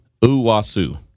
Uwasu